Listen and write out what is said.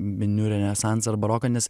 miniu renesansą ar baroką nes